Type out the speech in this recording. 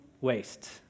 waste